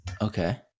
Okay